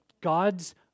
God's